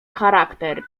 charakter